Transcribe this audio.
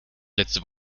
letzte